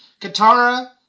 Katara